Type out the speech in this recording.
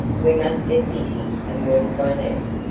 we must get busy and work one out,